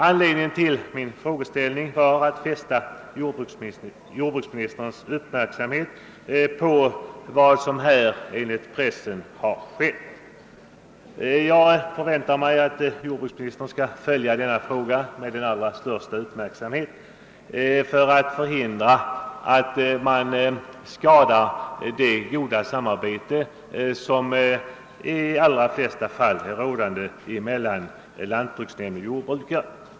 Avsikten med min fråga var att fästa jordbruksministerns uppmärksamhet på vad som härvidlag enligt pressen har inträffat. Jag förväntar mig att jordbruksministern följer denna fråga med den allra största uppmärksamhet för att förhindra att man därigenom skadar det goda samarbete som i de allra flesta fall är rådande mellan lantbruksnämnd och jordbrukare.